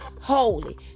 Holy